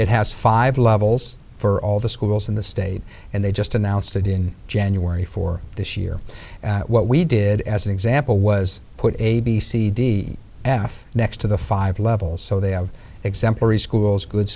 it has five levels for all the schools in the state and they just announced in january for this year what we did as an example was put a b c d ath next to the five levels so they have exemplary schools good